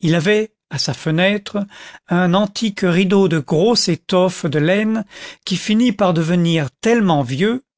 il avait à sa fenêtre un antique rideau de grosse étoffe de laine qui finit par devenir tellement vieux